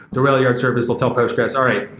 the railyard service will tell postgres, all right.